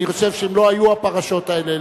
אני חושב שאם לא היו הפרשות האלה,